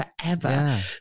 forever